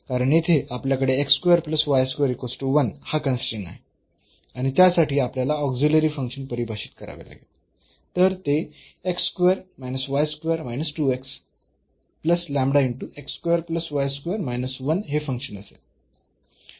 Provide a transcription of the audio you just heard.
कारण येथे आपल्याकडे हा कन्स्ट्रेन्ट आहे आणि त्यासाठी आपल्याला ऑक्झिलरी फंक्शन परिभाषित करावे लागेल तर ते हे फंक्शन असेल